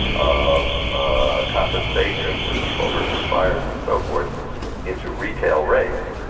of ah compensation for people hurt in the fires and so forth into retail rates,